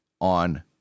on